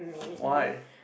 why